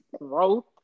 growth